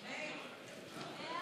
סעיפים 1 2 נתקבלו.